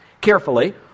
Carefully